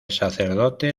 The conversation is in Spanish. sacerdote